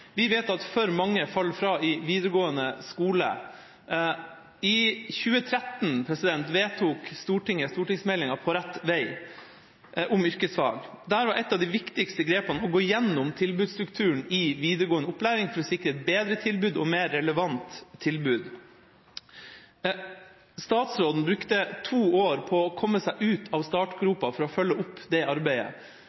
Vi vet at for mange faller fra i videregående skole. I 2013 vedtok Stortinget stortingsmeldinga På rett vei, om yrkesfag. Der var et av de viktigste grepene å gå gjennom tilbudsstrukturen i videregående opplæring for å sikre et bedre og mer relevant tilbud. Statsråden brukte to år på å komme seg ut av startgropa for å følge opp det arbeidet.